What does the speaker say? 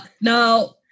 no